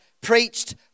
preached